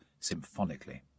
symphonically